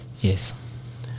yes